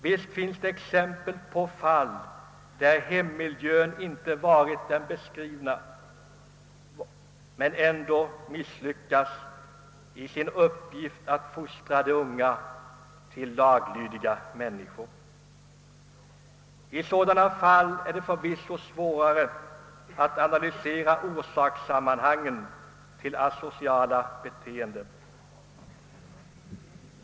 Visst finns det exempel på fall där hemmiljön inte varit den som jag här beskrivit men där man ändå misslyckats med uppgiften att fostra de unga till laglydiga människor. I sådana fall är det förvisso svårare att analysera orsakssammanhangen bakom asociala beteenden.